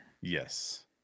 Yes